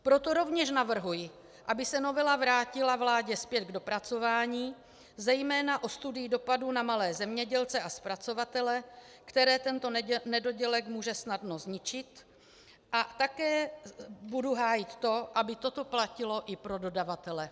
Proto rovněž navrhuji, aby se novela vrátila vládě zpět k dopracování, zejména o studii dopadu na malé zemědělce a zpracovatele, které tento nedodělek může snadno zničit, a také budu hájit to, aby toto platilo i pro dodavatele.